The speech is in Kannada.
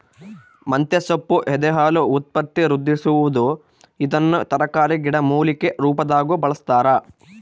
ಮಂತೆಸೊಪ್ಪು ಎದೆಹಾಲು ಉತ್ಪತ್ತಿವೃದ್ಧಿಸುವದು ಇದನ್ನು ತರಕಾರಿ ಗಿಡಮೂಲಿಕೆ ರುಪಾದಾಗೂ ಬಳಸ್ತಾರ